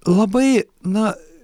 labai na